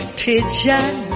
pigeon